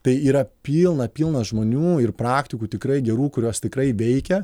tai yra pilna pilna žmonių ir praktikų tikrai gerų kurios tikrai veikia